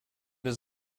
his